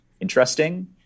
interesting